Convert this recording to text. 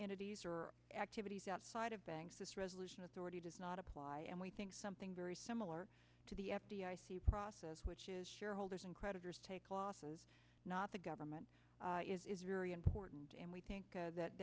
entities or activities outside of banks this resolution authority does not apply and we think something very similar to the f d i c process which is shareholders and creditors take losses not the government is very important and we think